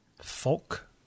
Folk